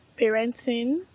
parenting